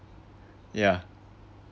yeah